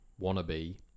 wannabe